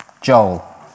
Joel